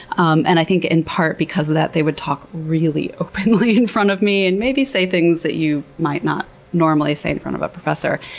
um and i think, in part because of that, they would talk really openly in front of me. and maybe say things that you might not normally say in front of a professor.